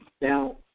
Now